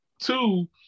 Two